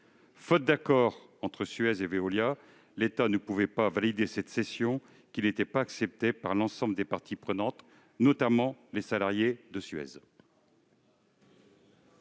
Faute d'accord entre Suez et Veolia, l'État ne pouvait pas valider cette session, qui n'était pas acceptée par l'ensemble des parties prenantes, notamment par les salariés de Suez.